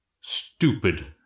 Stupid